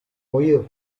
movido